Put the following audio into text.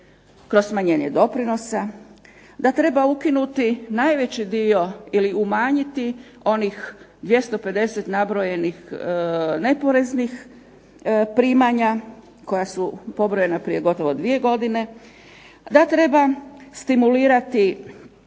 kroz smanjenje doprinosa, da treba ukinuti najveći dio ili umanjiti onih 250 nabrojenih neporeznih primanja koja su pobrojana prije gotovo dvije godine, da treba stimulirati